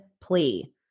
plea